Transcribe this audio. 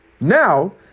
Now